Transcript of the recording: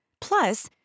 Plus